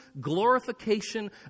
glorification